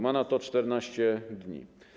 Ma na to 14 dni.